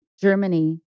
Germany